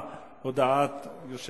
(ביטול נציב הדורות הבאים לכנסת),